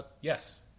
Yes